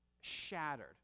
shattered